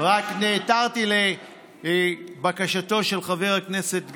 רק נעתרתי לבקשתו של חבר הכנסת גפני.